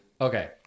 Okay